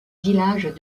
villages